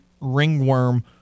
ringworm